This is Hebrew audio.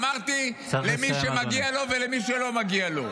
אמרתי למי שמגיע לו ולמי שלא מגיע לו.